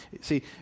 See